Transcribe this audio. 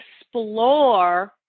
explore